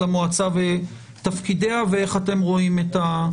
המועצה ותפקידיה ואיך אתם רואים את הנושא.